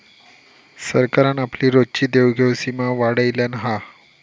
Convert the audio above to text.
सरकारान आपली रोजची देवघेव सीमा वाढयल्यान हा